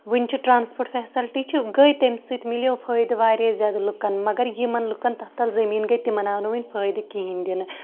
ؤنہِ چھِ transport facility چھِ گٔیے تَمہِ سۭتۍ مِلیو فٲیدٕ واریاہ زیادٕ لُکن مَگر یِمن لُکن تَتھ تل زٔمیٖن گٔیے تِمن آو نہٕ ؤنہِ فایدٕ کِہینۍ دَنہٕ